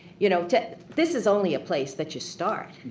you know this is only a place that you start.